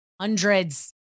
hundreds